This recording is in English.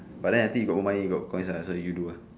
but then I think you got more money you got coin uh so you do ah